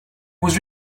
was